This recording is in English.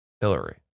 Hillary